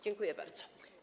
Dziękuję bardzo.